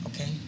Okay